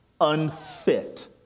unfit